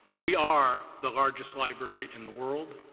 we are the largest library in the world.